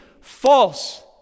False